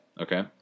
Okay